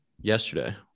yesterday